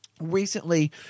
recently